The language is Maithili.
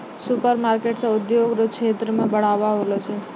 सुपरमार्केट से उद्योग रो क्षेत्र मे बढ़ाबा होलो छै